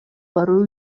баруу